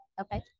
Okay